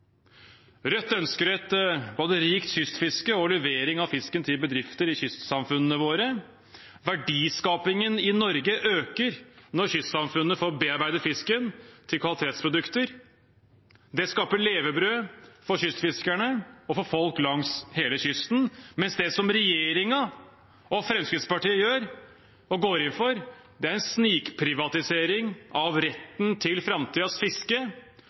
Rødt ønsker både et rikt kystfiske og levering av fisken til bedrifter i kystsamfunnene våre. Verdiskapingen i Norge øker når kystsamfunnene får bearbeidet fisken til kvalitetsprodukter. Det skaffer levebrød for kystfiskerne og for folk langs hele kysten, mens det som regjeringen og Fremskrittspartiet går inn for og gjør, er en snikprivatisering av retten til framtidens fiske,